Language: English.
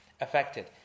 affected